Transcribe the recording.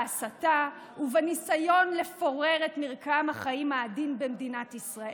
בהסתה ובניסיון לפורר את מרקם החיים העדין במדינת ישראל.